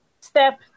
step